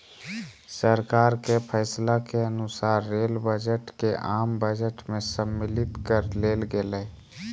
सरकार के फैसला के अनुसार रेल बजट के आम बजट में सम्मलित कर लेल गेलय